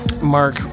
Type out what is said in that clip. Mark